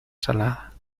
salada